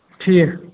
ٹھیٖک